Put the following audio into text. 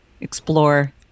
explore